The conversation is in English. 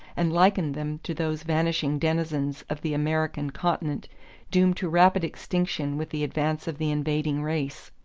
and likened them to those vanishing denizens of the american continent doomed to rapid extinction with the advance of the invading race.